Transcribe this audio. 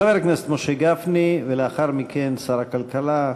חבר הכנסת גפני, ולאחר מכן, שר הכלכלה,